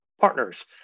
partners